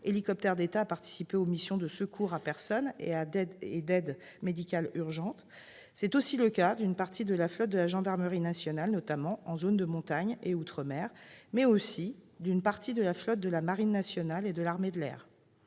hélicoptères d'État à participer aux missions de secours à personne et d'aide médicale urgente. C'est aussi le cas d'une partie de la flotte de la gendarmerie nationale, notamment en zone de montagne et en outre-mer, mais aussi d'une partie de la flotte de la marine nationale et de l'armée de l'air.